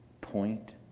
Point